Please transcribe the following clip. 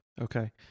Okay